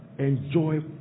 Enjoy